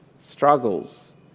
struggles